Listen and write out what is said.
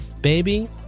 Baby